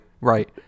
right